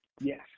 yes